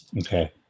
Okay